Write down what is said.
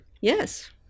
yes